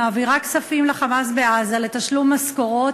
מעבירה כספים ל"חמאס" בעזה לתשלום משכורות